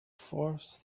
force